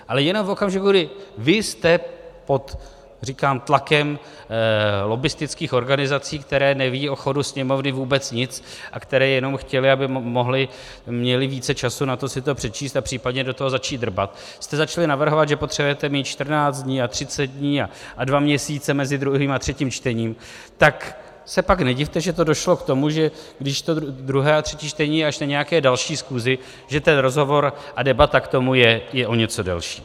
Ale jenom v okamžiku, kdy vy jste pod, říkám, tlakem lobbistických organizací, které nevědí o chodu Sněmovny vůbec nic a které jenom chtěly, aby měly více času na to si to přečíst a případně do toho začít drbat, vy jste začali navrhovat, že potřebujete mít 14 dní a 30 dní a dva měsíce mezi druhým a třetím čtením, tak se pak nedivte, že to došlo k tomu, že když to druhé a třetí čtení je až na nějaké další schůzi, že ten rozhovor a debata k tomu je o něco delší.